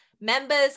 members